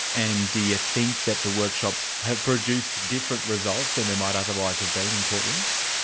and do you think that the workshops have produced different results than there might otherwise have been in courtrooms?